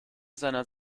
seiner